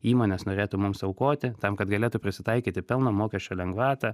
įmonės norėtų mums aukoti tam kad galėtų prisitaikyti pelno mokesčio lengvatą